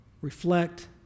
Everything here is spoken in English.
reflect